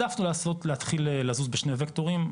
העדפנו להתחיל לזוז בשני וקטורים,